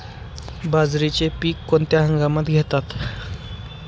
बाजरीचे पीक कोणत्या हंगामात घेतात?